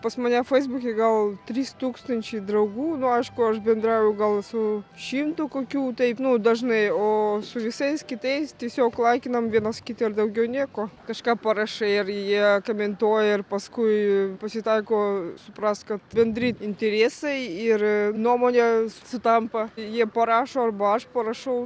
pas mane feisbuke gal trys tūkstančiai draugų nu aišku aš bendrauju gal su šimtu kokių taip nu dažnai o su visais kitais tiesiog laikinam vienas kitą ir daugiau nieko kažką parašai ir jie komentuoja ir paskui pasitaiko suprask kad bendri interesai ir nuomonė sutampa jie parašo arba aš parašau